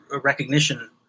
recognition